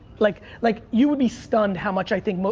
like like, you would be stunned how much i think,